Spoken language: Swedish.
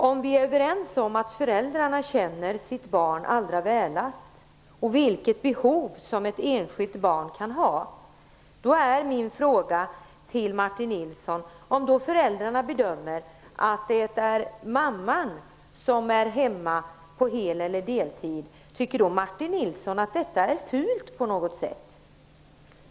Om vi är överens om att föräldrarna känner sitt barn allra bäst och vet vilket behov ett enskilt barn kan ha, är min fråga till Martin Nilsson: Om föräldrarna bedömer att det är mamman som skall vara hemma på hel eller deltid, tycker Martin Nilsson att detta är fult på något sätt?